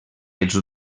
els